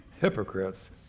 hypocrites